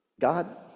God